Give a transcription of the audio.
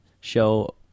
show